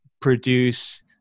produce